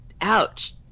ouch